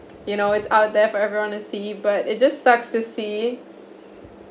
you know it's out there for everyone to see but it just sucks to see